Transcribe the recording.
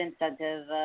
incentive